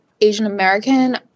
Asian-American